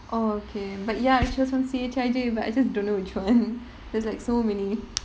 orh okay but ya she was from C_H_I_J but I just don't know which [one] there's like so many